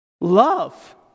Love